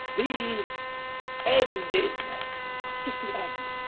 the end-ing. just the end.